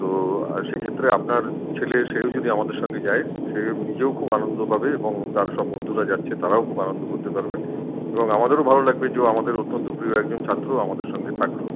তো সে ক্ষেত্রে আপনার ছেলে সেও যদি আমাদের সঙ্গে যায় সে নিজেও খুব আনন্দ পাবে এবং তার সব বন্ধুরা যাচ্ছে তারাও খুব আনন্দ করতে পারবে এবং আমাদেরও ভালো লাগবে যে ও আমাদের অত্যন্ত প্রিয় একজন ছাত্র আমাদের সঙ্গে থাকলো